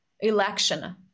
election